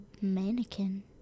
mannequin